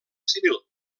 civil